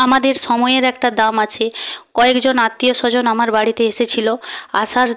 আমাদের সময়ের একটা দাম আছে কয়েকজন আত্মীয় স্বজন আমার বাড়িতে এসেছিল আসার